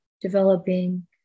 developing